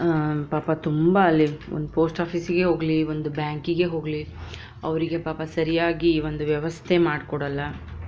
ಪಾಪ ತುಂಬಾ ಅಲ್ಲಿ ಒಂದು ಪೋಸ್ಟ್ ಆಫ಼ೀಸಿಗೆ ಹೋಗಲಿ ಒಂದು ಬ್ಯಾಂಕಿಗೆ ಹೋಗಲಿ ಅವರಿಗೆ ಪಾಪ ಸರಿಯಾಗಿ ಈ ಒಂದು ವ್ಯವಸ್ಥೆ ಮಾಡಿಕೊಡಲ್ಲ